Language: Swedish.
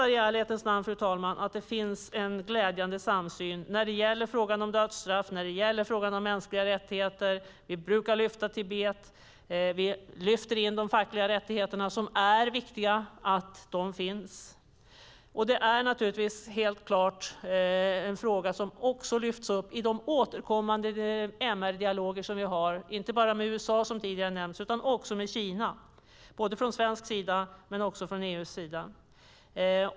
Det finns en glädjande samsyn när det gäller dödsstraff och mänskliga rättigheter. Vi lyfter upp frågan om Tibet. Vi lyfter upp frågan om de fackliga rättigheterna; det är viktigt att de finns. Det är helt klart en fråga som lyfts upp i de återkommande MR-dialoger som både Sverige och EU har, inte bara med USA utan också med Kina.